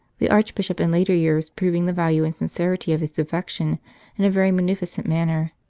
the archbishop in later years proving the value and sincerity of his affection in a very munificent manner,